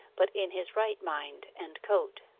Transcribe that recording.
but in his right mind and coat.